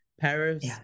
Paris